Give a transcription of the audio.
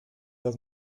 las